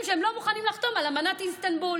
זה שהם לא מוכנים לחתום על אמנת איסטנבול?